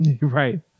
Right